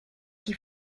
qui